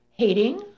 hating